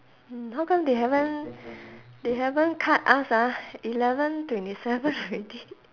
hmm how come they haven't they haven't cut us ah eleven twenty seven already